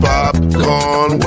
Popcorn